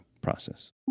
process